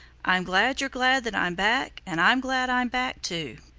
i'm glad you're glad that i'm back, and i'm glad i'm back too.